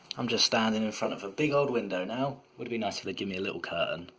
i'm just standing in front of a big old window now. would've been nice if they'd give me a little curtain,